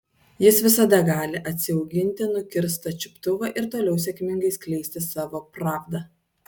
jis visada gali atsiauginti nukirstą čiuptuvą ir toliau sėkmingai skleisti savo pravdą